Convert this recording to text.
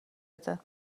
بده